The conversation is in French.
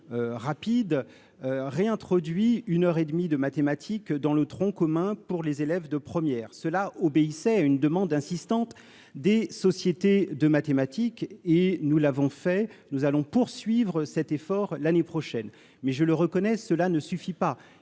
rapide réintroduit une heure et demie de mathématiques dans le tronc commun pour les élèves de 1ère cela obéissait à une demande insistante des sociétés de mathématiques et nous l'avons fait nous allons poursuivre cet effort l'année prochaine, mais je le reconnais, cela ne suffit pas,